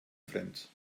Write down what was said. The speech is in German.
fremd